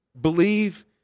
Believe